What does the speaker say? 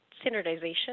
standardization